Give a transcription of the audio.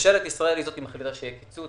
ממשלת ישראל מחליטה שיהיה קיצוץ,